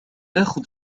آخذ